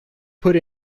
put